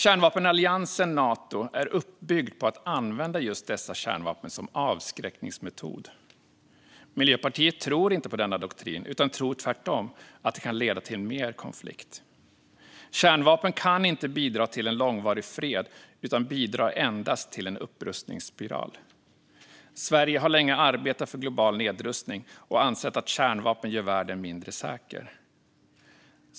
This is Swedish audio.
Kärnvapenalliansen Nato är uppbyggd på att använda just dessa kärnvapen som avskräckningsmetod. Miljöpartiet tror inte på denna doktrin utan tror tvärtom att det kan leda till mer konflikt. Kärnvapen kan inte bidra till en långvarig fred utan bidrar endast till en upprustningsspiral. Sverige har länge arbetat för global nedrustning och ansett att kärnvapen gör världen mindre säker.